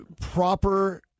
proper